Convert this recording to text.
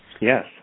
Yes